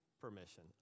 Permission